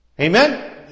Amen